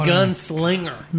Gunslinger